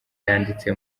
yanditse